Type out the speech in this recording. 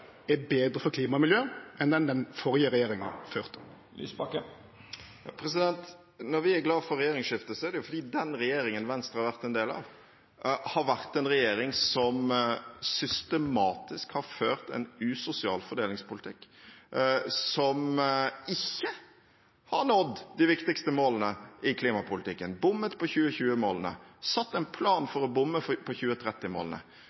er betre for klima og miljø enn den den førre regjeringa førte? Når vi er glade for regjeringsskifte, er det fordi den regjeringen Venstre har vært en del av, har vært en regjering som systematisk har ført en usosial fordelingspolitikk, og som ikke har nådd de viktigste målene i klimapolitikken – bommet på 2020-målene og satte en plan